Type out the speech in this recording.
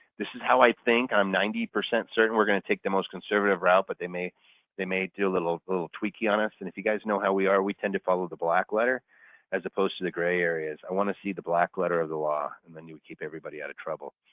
this is how i think. i'm ninety percent certain we're going to take the most conservative route but they may may do a little little tweaky on us and if you guys know how we are, we tend to follow the black letter as opposed to the gray areas. i want to see the black letter of the law and then you would keep everybody out of trouble.